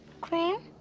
cream